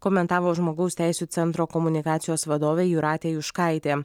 komentavo žmogaus teisių centro komunikacijos vadovė jūratė juškaitė